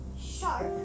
shark